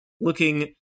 looking